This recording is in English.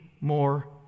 more